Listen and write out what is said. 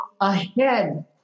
ahead